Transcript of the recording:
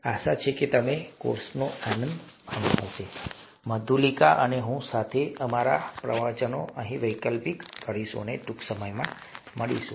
આશા છે કે તમે કોર્સનો આનંદ માણ્યો હશે મધુલિકા અને હું સાથે અમે અમારા પ્રવચનો અહીં વૈકલ્પિક કરીશું અને ટૂંક સમયમાં મળીશું